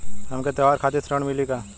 हमके त्योहार खातिर ऋण मिली का?